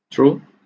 true